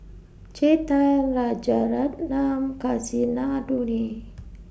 Chetan Rajaratnam Kasinadhuni